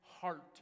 heart